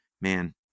man